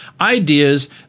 ideas